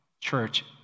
church